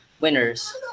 winners